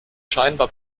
scheinbar